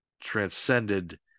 transcended